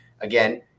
Again